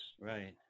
Right